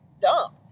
dump